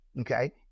okay